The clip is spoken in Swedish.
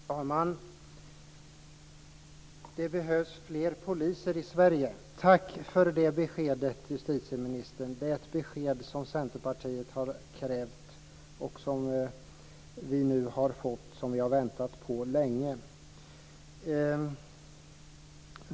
Fru talman! Det behövs fler poliser i Sverige. Tack för det beskedet, justitieministern. Det är ett besked som Centerpartiet har krävt och som vi har väntat på länge.